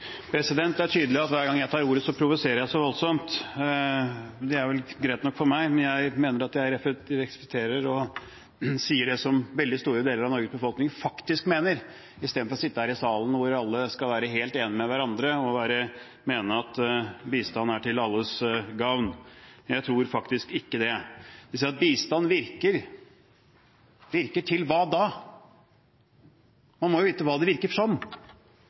Det er tydelig at hver gang jeg tar ordet, provoserer jeg voldsomt. Det er greit nok for meg, men jeg mener at jeg reflekterer befolkningen og sier det som veldig store deler av Norges befolkning faktisk mener, i stedet for å sitte her i salen – hvor alle skal være helt enig med hverandre – og mene at bistand er til alles gagn, for jeg tror faktisk ikke det. Man sier at bistand virker – men hva virker det til, da? Man må jo vite hva det virker